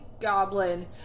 Goblin